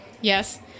Yes